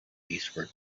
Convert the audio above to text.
eastward